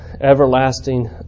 everlasting